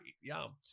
yum